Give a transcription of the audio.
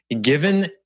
given